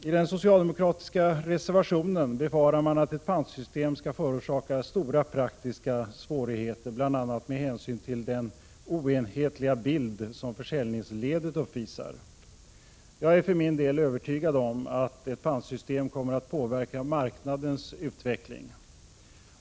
I den socialdemokratiska reservationen befarar man att ett pantsystem skall förorsaka stora praktiska svårigheter, bl.a. med hänsyn till den oenhetliga bild som försäljningsledet uppvisar. Jag är för min del övertygad om att ett pantsystem kommer att påverka marknadsutvecklingen.